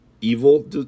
evil